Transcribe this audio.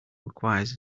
requires